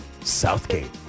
Southgate